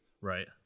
Right